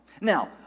now